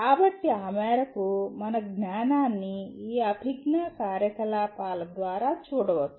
కాబట్టి ఆ మేరకు మన జ్ఞానాన్ని ఈ అభిజ్ఞా కార్యకలాపాల ద్వారా చూడవచ్చు